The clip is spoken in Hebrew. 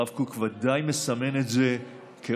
הרב קוק בוודאי מסמן את זה כאופק.